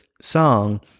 song